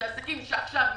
אלו עסקים שעכשיו מתים,